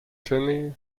cheney